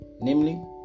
namely